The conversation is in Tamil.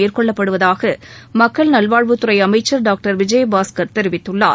மேற்கொள்ளப்படுவதாக மக்கள் நல்வாழ்வுத் துறை அமைச்சர் டாக்டர் விஜயபாஸ்கர் தெரிவித்துள்ளார்